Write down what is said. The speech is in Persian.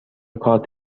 کارت